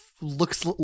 looks